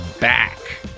Back